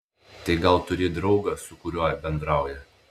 tai gal turi draugą su kuriuo bendrauja